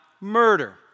murder